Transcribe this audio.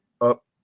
up